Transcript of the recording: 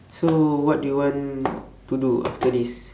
so what do you want to do after this